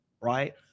right